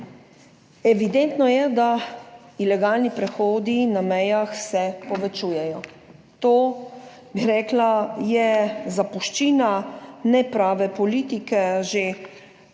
Evidentno je, da ilegalni prehodi na mejah se povečujejo. To, bi rekla je zapuščina neprave politike že,